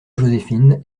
joséphine